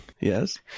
yes